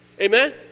amen